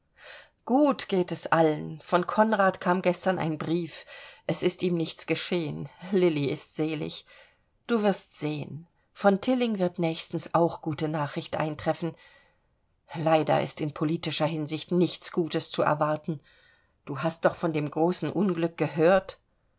gut geht es allen von konrad kam gestern ein brief es ist ihm nichts geschehen lilli ist selig du wirst sehen von tilling wird nächstens auch gute nachricht eintreffen leider ist in politischer hinsicht nichts gutes zu erwarten du hast doch von dem großen unglück gehört